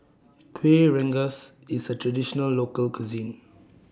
Kueh Rengas IS A Traditional Local Cuisine